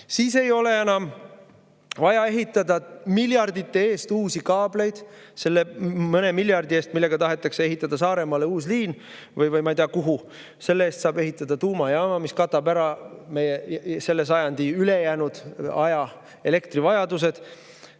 Siis ei ole enam vaja ehitada miljardite eest uusi kaableid. Selle mõne miljardi eest, millega tahetakse ehitada Saaremaale uus liin – või ma ei tea kuhu –, saab ehitada tuumajaama, mis katab ära meie selle sajandi ülejäänud aja elektrivajaduse.